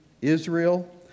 Israel